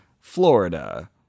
Florida